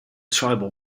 tribal